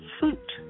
suit